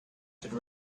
could